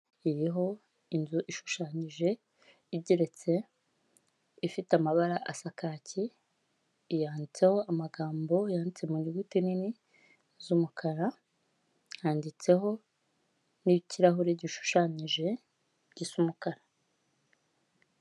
Yeho inzu ishushanyije, ijeretse ifite amabara asa kacyi. Yanditseho amagambo yanditse mu nyuguti nini z'umukara, yanditseho n'ikirahure gishushanyije gisa umukara.